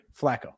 Flacco